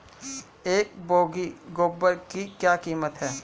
एक बोगी गोबर की क्या कीमत है?